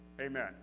Amen